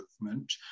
movement